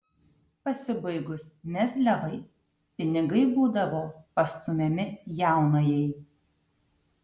pasibaigus mezliavai pinigai būdavo pastumiami jaunajai